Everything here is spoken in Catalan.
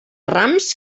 rams